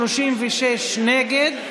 36 נגד,